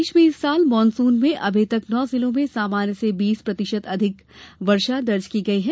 प्रदेश में इस साल मॉनसून में अभी तक नौ जिलों में सामान्य से बीस प्रतिशत अधिक वर्षा दर्ज की गई है